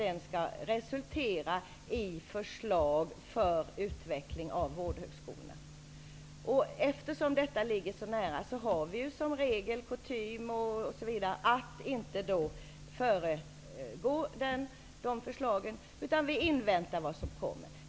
Den skall resultera i förslag till utveckling av utbildningen på vårdhögskolorna. Eftersom resultatet ligger så nära i tiden har vi som kutym att inte föregå förslagen, utan vi inväntar vad som kommer.